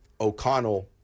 O'Connell